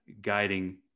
guiding